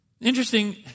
Interesting